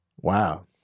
Wow